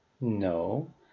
No